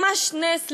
ממש נס,